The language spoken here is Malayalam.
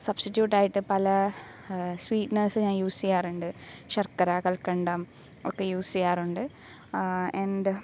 സബ്സ്റ്റിറ്റിയൂട്ടായിട്ട് പല സ്വീറ്റ്നസ് ഞാൻ യൂസ് ചെയ്യാറുണ്ട് ശർക്കര കൽക്കണ്ടം ഒക്കെ യൂസ് ചെയ്യാറുണ്ട് എൻഡ്